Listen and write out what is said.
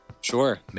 Sure